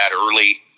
early